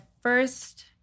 first